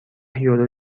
یورو